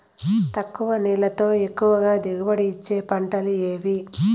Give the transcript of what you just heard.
తక్కువ నీళ్లతో ఎక్కువగా దిగుబడి ఇచ్చే పంటలు ఏవి?